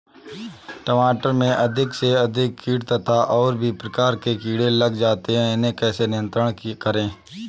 टमाटर में अधिक से अधिक कीट तथा और भी प्रकार के कीड़े लग जाते हैं इन्हें कैसे नियंत्रण करें?